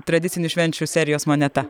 tradicinių švenčių serijos moneta